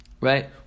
Right